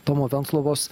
tomo venclovos